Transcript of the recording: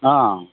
ಹಾಂ